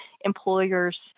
employers